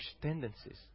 tendencies